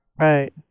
Right